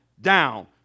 down